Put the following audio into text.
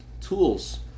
tools